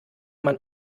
man